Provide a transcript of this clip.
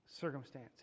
circumstance